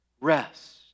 Rest